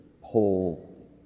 whole